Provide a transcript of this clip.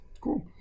Cool